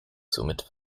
somit